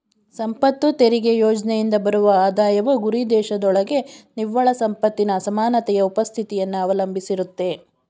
ಸಂಪತ್ತು ತೆರಿಗೆ ಯೋಜ್ನೆಯಿಂದ ಬರುವ ಆದಾಯವು ಗುರಿದೇಶದೊಳಗೆ ನಿವ್ವಳ ಸಂಪತ್ತಿನ ಅಸಮಾನತೆಯ ಉಪಸ್ಥಿತಿಯನ್ನ ಅವಲಂಬಿಸಿರುತ್ತೆ